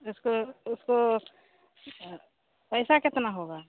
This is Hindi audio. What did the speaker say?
इसको उसको पैसा केतना होगा